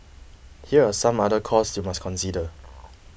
here are some other costs you must consider